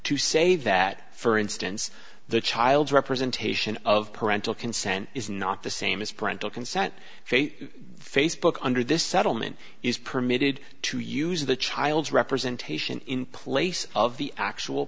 to say that for instance the child's representation of parental consent is not the same as parental consent facebook under this settlement is permitted to use the child's representation in place of the actual